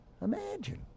Imagine